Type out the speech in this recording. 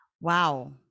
Wow